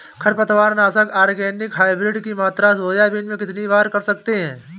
खरपतवार नाशक organic hybrid की मात्रा सोयाबीन में कितनी कर सकते हैं?